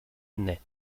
naît